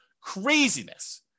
Craziness